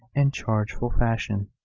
and chargeful fashion,